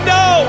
no